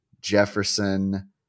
Jefferson